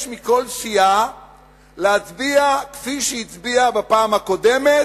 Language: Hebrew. מכל סיעה להצביע כפי שהצביעה בפעם הקודמת,